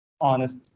honest